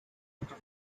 after